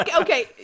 Okay